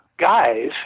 Guys